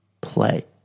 play